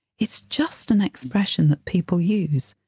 it's just an expression that people use.